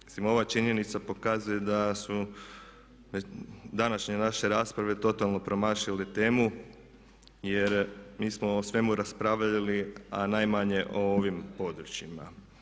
Mislim ova činjenica pokazuje da su današnje naše rasprave totalno promašile temu jer mi smo o svemu raspravljali a najmanje o ovim područjima.